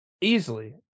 Easily